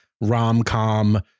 rom-com